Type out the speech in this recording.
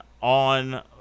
on